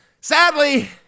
Sadly